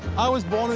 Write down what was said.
i was born